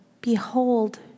behold